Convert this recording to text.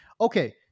Okay